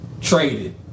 traded